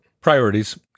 Priorities